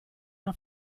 una